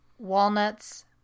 walnuts